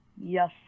yes